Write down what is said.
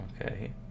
Okay